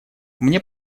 мне